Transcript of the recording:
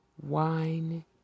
wine